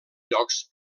llocs